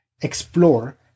explore